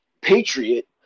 patriot